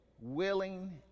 willing